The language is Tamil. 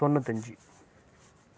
தொண்ணூத்தஞ்சு